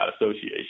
association